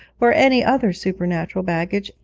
or any other supernatural baggage,